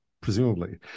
presumably